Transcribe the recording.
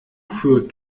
für